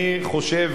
אני חושב,